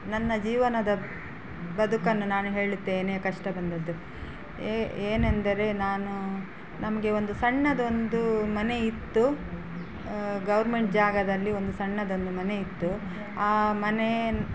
ನನ್ನ ಜೀವನದ ಬದುಕನ್ನು ನಾನು ಹೇಳುತ್ತೇನೆ ಕಷ್ಟ ಬಂದದ್ದು ಏನೆಂದರೆ ನಾನು ನಮಗೆ ಒಂದು ಸಣ್ಣದೊಂದು ಮನೆ ಇತ್ತು ಗೌರ್ಮೆಂಟ್ ಜಾಗದಲ್ಲಿ ಒಂದು ಸಣ್ಣದೊಂದು ಮನೆ ಇತ್ತು ಆ ಮನೆ